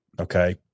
Okay